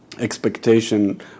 Expectation